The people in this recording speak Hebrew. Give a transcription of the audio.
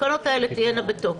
שהתקנות האלה תהיינה בתוקף,